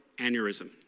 aneurysm